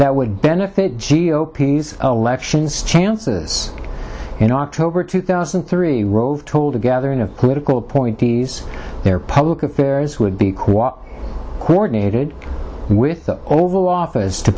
that would benefit g o p elections chances in october two thousand and three rove told a gathering of political appointees their public affairs would be quite coordinated with the oval office to